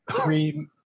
three